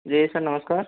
जी sir नमस्कार